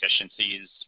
efficiencies